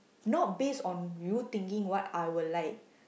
not based on you thinking what I will like